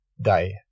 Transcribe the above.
day